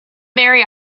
very